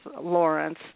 Lawrence